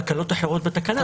בהקלות אחרות בתקנה.